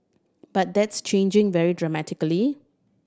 but that's changing very dramatically